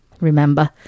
Remember